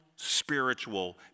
spiritual